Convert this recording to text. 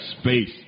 space